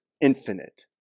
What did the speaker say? infinite